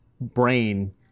brain